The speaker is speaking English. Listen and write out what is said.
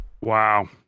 Wow